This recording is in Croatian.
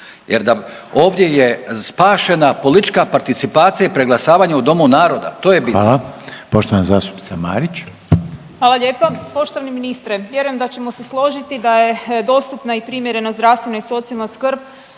jer da ovdje je spašena politička participacija i preglasavanje u domu naroda, to je bitno. **Reiner, Željko (HDZ)** Hvala. Poštovana zastupnica Marić. **Marić, Andreja (SDP)** Hvala lijepa. Poštovani ministre, vjerujem da ćemo se složiti da je dostupna i primjerena zdravstvena i socijalna skrb